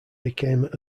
became